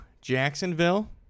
Jacksonville